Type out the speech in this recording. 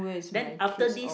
then after this